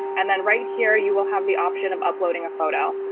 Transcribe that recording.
and then right here, you will have the option of uploading a photo.